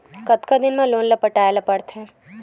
कतका दिन मा लोन ला पटाय ला पढ़ते?